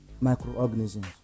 microorganisms